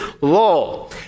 law